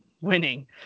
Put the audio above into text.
winning